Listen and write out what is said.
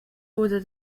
wurde